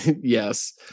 Yes